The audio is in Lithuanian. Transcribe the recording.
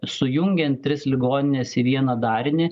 sujungiant tris ligonines į vieną darinį